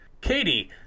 Katie